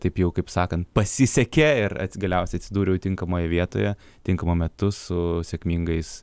taip jau kaip sakant pasisekė ir galiausiai atsidūriau tinkamoje vietoje tinkamu metu su sėkmingais